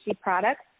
products